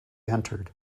entered